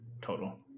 total